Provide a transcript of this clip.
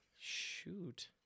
shoot